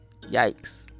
Yikes